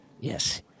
Yes